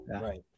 right